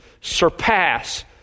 surpass